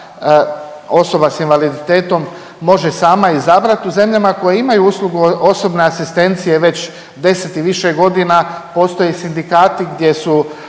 osoba sa invaliditetom može sama izabrati. U zemljama koje imaju uslugu osobne asistencije već 10 i više godina postoje sindikati gdje su